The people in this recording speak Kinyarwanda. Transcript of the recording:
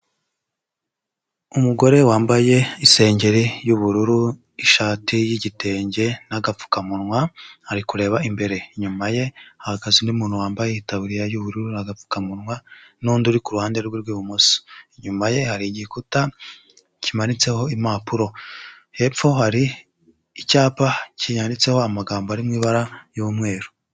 Umugore wambaye isengeri y'ubururu, ishati y'igitenge n'agapfukamunwa ari kureba imbere, inyuma ye hahagaze undi muntu wambaye itaburiya y'ubururu, agapfukamunwa n'undi uri ku ruhande rwe rw'ibumoso, inyuma ye hari igikuta kimanitseho impapuro, hepfo hari icyapa cyanditseho amagambo ari mu ibara y'umweru.